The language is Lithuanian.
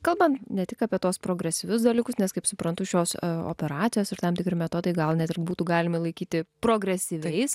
kalbant ne tik apie tuos progresyvius dalykus nes kaip suprantu šios operacijos ir tam tikri metodai gal net ir būtų galimi laikyti progresyviais